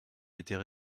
étaient